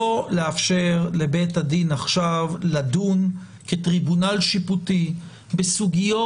לא לאפשר לבית הדין עכשיו לדון כטריבונל שיפוטי בסוגיות